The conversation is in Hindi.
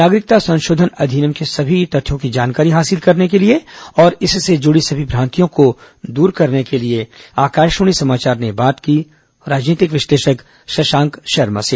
नागरिकता संशोधन अधिनियम के सभी तथ्यों की जानकारी हासिल करने और इससे जुड़ी सभी भ्रांतियों को दूर करने के लिए आकाशावाणी समाचार ने बात की राजनीतिक विश्लेषक शशांक शर्मा से